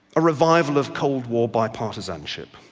a revival of cold war bipartisanship.